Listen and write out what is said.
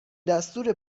دستور